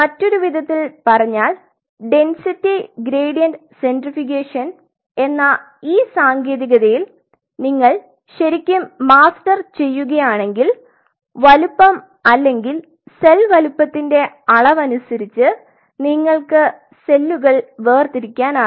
മറ്റൊരു വിധത്തിൽ പറഞ്ഞാൽ ഡെന്സിറ്റി ഗ്രേഡിയന്റ് സെൻട്രിഫ്യൂഗേഷൻ എന്ന ഈ സാങ്കേതികതയിൽ നിങ്ങൾ ശരിക്കും മാസ്റ്റർ ചെയ്യുകയാണെങ്കിൽ വലിപ്പം അല്ലെങ്കിൽ സെൽ വലുപ്പത്തിന്റെ അളവ് അനുസരിച്ച് നിങ്ങൾക്ക് സെല്ലുകൾ വേർതിരിക്കാനാകും